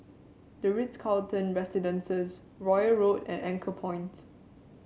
the Ritz Carlton Residences Royal Road and Anchorpoint